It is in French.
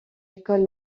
écoles